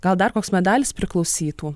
gal dar koks medalis priklausytų